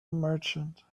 merchant